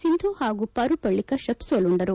ಸಿಂಧು ಹಾಗೂ ಪರುಪಳ್ಳ ಕಶ್ವಪ್ ಸೋಲುಂಡರು